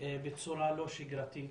בצורה לא שגרתית.